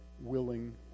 willing